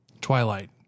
Twilight